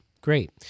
great